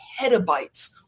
petabytes